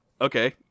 Okay